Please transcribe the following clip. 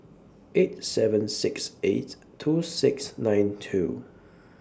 eight seven six eight two six nine two